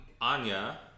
Anya